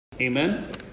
Amen